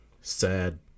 Sad